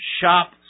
shop